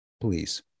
please